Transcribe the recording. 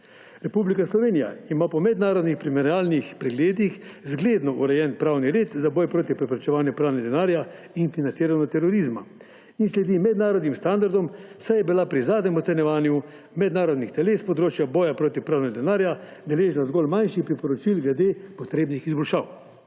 Republika Slovenija ima po mednarodnih primerjalnih pregledih zgledno urejen pravni red za boj proti preprečevanju pranja denarja in financiranja terorizma in sledi mednarodnim standardom, saj je bila pri zadnjem ocenjevanju mednarodnih teles s področja boja proti pranju denarja deležna zgolj manjših priporočil glede potrebnih izboljšav.